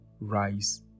rise